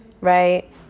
right